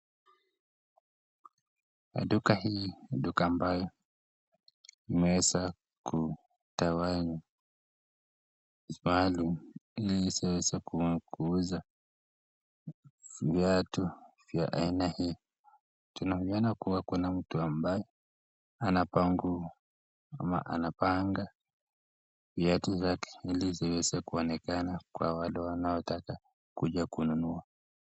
Duka hili ni duka ambayo limeweza kutawanywa maalum ili iweze kuuza viatu vya aina hii. Tunaona kuwa kuna mtu ambaye anapangua ama anapanga viatu zake ili ziweze kuonekana kwa wale wanaotaka wanakuja kununua.